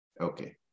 Okay